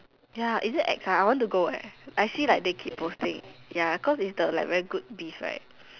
ya is it ex ah I want to go eh I see they like keep posting ya cause it's like the very good beef right